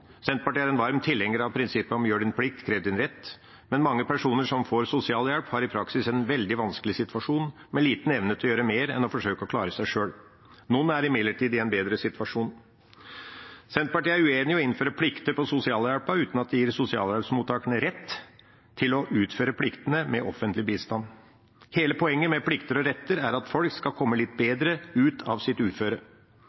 Senterpartiet er en varm tilhenger av prinsippet «gjør din plikt, krev din rett», men mange personer som får sosialhjelp, har i praksis en veldig vanskelig situasjon med liten evne til å gjøre mer enn å forsøke å klare seg sjøl. Noen er imidlertid i en bedre situasjon. Senterpartiet er uenig i at man skal innføre plikter for sosialhjelp uten at det gir sosialhjelpsmottakerne rett til å utføre pliktene med offentlig bistand. Hele poenget med plikter og retter er at folk skal komme litt